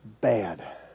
bad